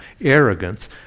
arrogance